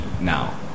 now